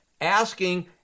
asking